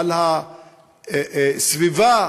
על הסביבה